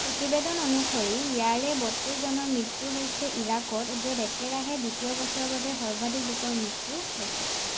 প্ৰতিবেদন অনুসৰি ইয়াৰে বত্ৰিছজনৰ মৃত্যু হৈছে ইৰাকত য'ত একেৰাহে দ্বিতীয় বছৰৰ বাবে সৰ্বাধিক লোকৰ মৃত্যু হৈছে